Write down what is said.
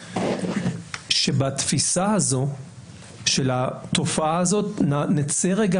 שבתפיסה הזו של התופעה הזאת נצא רגע